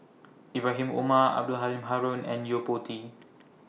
Ibrahim Omar Abdul Halim Haron and Yo Po Tee